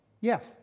Yes